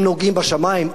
הם נוגעים בשמים.